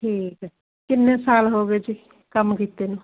ਠੀਕ ਕਿੰਨੇ ਸਾਲ ਹੋ ਗਏ ਜੀ ਕੰਮ ਕੀਤੇ ਨੂੰ